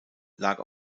lag